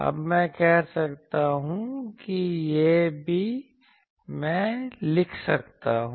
अब मैं कह सकता हूं कि यह भी मैं लिख सकता हूं